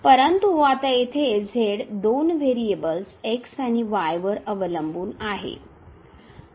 परंतु आता येथे दोन व्हेरिएबल्स x आणि y वर अवलंबून आहे